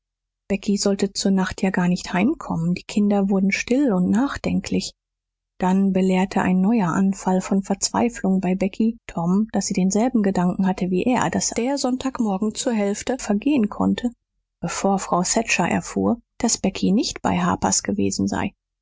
becky sollte zur nacht ja gar nicht heimkommen die kinder wurden still und nachdenklich dann belehrte ein neuer anfall von verzweiflung bei becky tom daß sie denselben gedanken hatte wie er daß der sonntagmorgen zur hälfte vergehen konnte bevor frau thatcher erfuhr daß becky nicht bei harpers gewesen sei